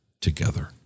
together